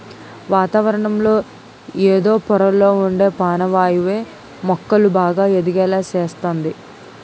వాతావరణంలో ఎదో పొరల్లొ ఉండే పానవాయువే మొక్కలు బాగా ఎదిగేలా సేస్తంది